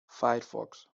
firefox